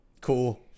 Cool